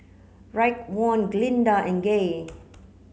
Raekwon Glinda and Gay